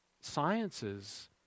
sciences